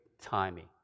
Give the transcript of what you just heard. timing